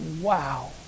wow